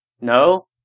No